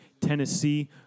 Tennessee